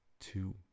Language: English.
two